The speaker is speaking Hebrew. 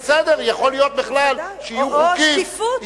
בסדר, יכול להיות בכלל שיהיו חוקים, או שקיפות.